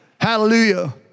Hallelujah